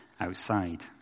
outside